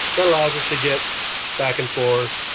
that allows us to get back and forth.